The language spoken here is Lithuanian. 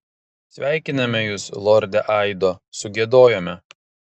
sveikiname jus lorde aido sugiedojome